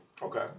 Okay